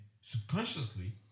subconsciously